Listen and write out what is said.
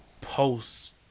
Post